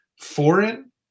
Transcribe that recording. foreign